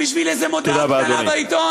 בשביל איזה הודעה קטנה בעיתון?